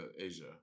Asia